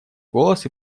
голос